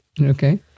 Okay